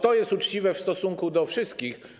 To jest uczciwe w stosunku do wszystkich.